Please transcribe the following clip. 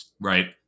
right